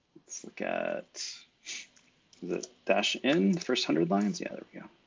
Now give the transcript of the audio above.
let's look at the dash in the first hundred lines, the other yeah.